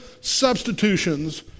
substitutions